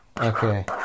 Okay